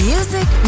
Music